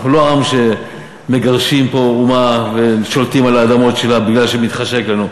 אנחנו לא עם שמגרש פה אומה ושולט על האדמות שלה כי מתחשק לנו,